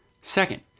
Second